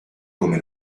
come